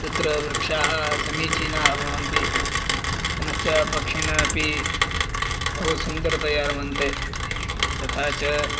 तत्र वृक्षाः समीचीनाः भवन्ति पुनश्च पक्षिणः अपि बहु सुन्दरतया रमन्ते तथा च